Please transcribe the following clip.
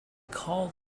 called